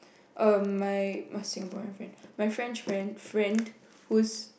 um my my Singaporean friend my French friend friend who is